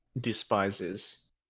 despises